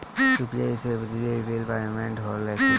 UPI से बिजली bill payment होला कि न?